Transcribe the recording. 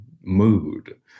mood